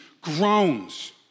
groans